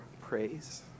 praise